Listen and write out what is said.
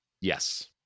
Yes